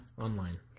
online